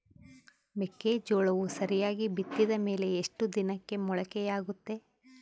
ಮೆಕ್ಕೆಜೋಳವು ಸರಿಯಾಗಿ ಬಿತ್ತಿದ ಮೇಲೆ ಎಷ್ಟು ದಿನಕ್ಕೆ ಮೊಳಕೆಯಾಗುತ್ತೆ?